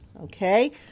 Okay